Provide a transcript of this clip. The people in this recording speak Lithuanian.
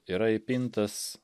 yra įpintas